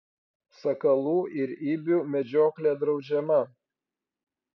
sakalų ir ibių medžioklė draudžiama